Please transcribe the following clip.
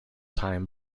time